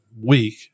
week